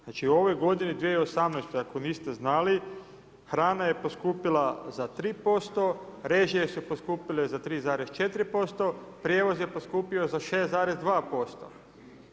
Znači u ovoj g. 2018. ako niste znali, hrana je poskupila za 3% režije su poskupile za 3,4%, prijevoz je poskupio za 6,2%